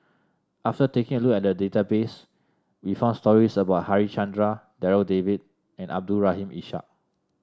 after taking a look at database we found stories about Harichandra Darryl David and Abdul Rahim Ishak